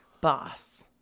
boss